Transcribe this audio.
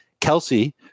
Kelsey